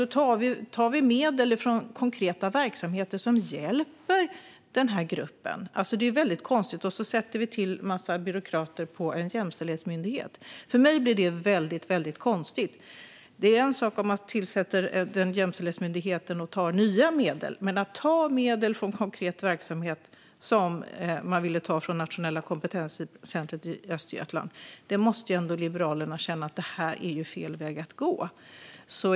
Då tog man medel från konkreta verksamheter som hjälper denna grupp, och så tillsatte man en massa byråkrater på en jämställdhetsmyndighet. För mig blir detta väldigt konstigt. Det är en sak om man tillsätter en jämställdhetsmyndighet med hjälp av nya medel. Men Liberalerna måste ändå känna att det är fel väg att gå att ta medel från konkret verksamhet som det nationella kompetenscentrumet i Östergötland.